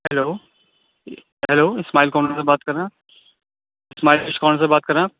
hello hello Ismail corner سے بات کر رہے ہیں اسماعیل فش کارنر سے بات کر رہے ہیں آپ